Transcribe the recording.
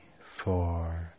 four